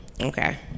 Okay